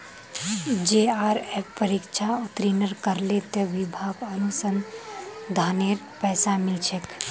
JRF परीक्षा उत्तीर्ण करले त विभाक अनुसंधानेर पैसा मिल छेक